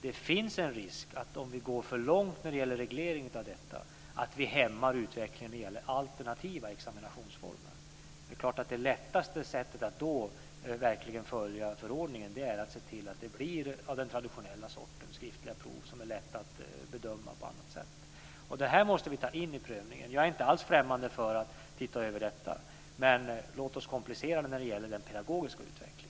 Det finns en risk, om vi går för långt när det gäller regleringen av detta, att vi hämmar utvecklingen av alternativa examinationsformer. Det lättaste sättet att verkligen följa förordningen är att se till att det blir av den traditionella sorten - skriftliga prov som är lätta att bedöma på annat sätt. Det här måste vi ta in i prövningen. Jag är inte alls främmande för att titta över detta, men låt oss komplicera det när det gäller den pedagogiska utvecklingen.